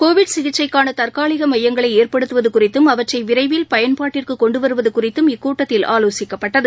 Covid சிகிச்சைக்கான தற்காலிக மையங்களை ஏற்படுத்துவது குறித்தும் அவற்றை விரைவில் பயன்பாட்டிற்கு கொண்டு வருவது குறித்தும் இக்கூட்டத்தில் ஆலோசிக்கப்பட்டது